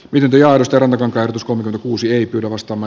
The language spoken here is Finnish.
minkä johdosta nyt on käynyt uskomaton uusien arvostama